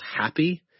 happy